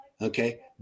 Okay